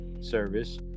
service